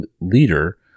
leader